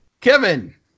Kevin